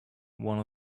one